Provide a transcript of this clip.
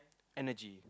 energy